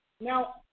Now